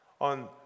On